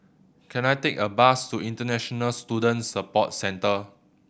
can I take a bus to International Student Support Centre